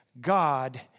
God